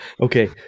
Okay